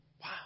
Wow